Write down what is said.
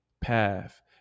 path